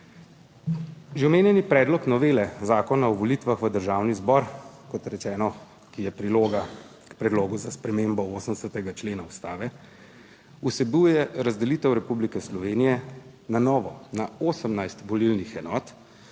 Že omenjeni predlog novele Zakona o volitvah v Državni zbor, kot rečeno, ki je priloga k predlogu za spremembo 80. člena Ustave, vsebuje razdelitev Republike Slovenije na novo na 18 volilnih enot,